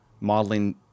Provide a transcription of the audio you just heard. modeling